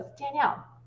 Danielle